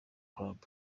club